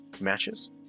matches